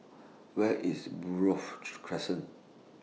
Where IS Buroh Crescent